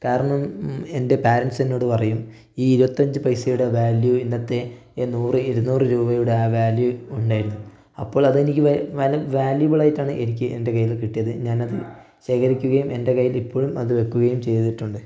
കാരണം എൻ്റെ പാരൻസ് എന്നോട് പറയും ഈ ഇരുപത്തി അഞ്ചു പൈസയുടെ വാല്യു ഇന്നത്തെ നൂറ് ഇരുനൂറ് രൂപയുടെ ആ വാല്യു ഉണ്ടെന്നും അപ്പോളതെനിക്ക് വാല്യു വാല്യുബളായിട്ടാണ് എനിക്ക് എൻ്റെ കയ്യിൽ കിട്ടിയത് ഞാനത് ശേഖരിക്കുകയും എൻ്റെ കയ്യിലിപ്പോഴും അത് വക്കുകയും ചെയ്തിട്ടുണ്ട്